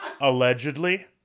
Allegedly